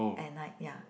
at night ya